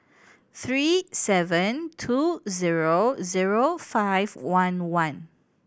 three seven two zero zero five one one